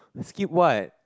skip what